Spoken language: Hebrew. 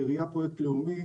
בראייה של פרויקט לאומי,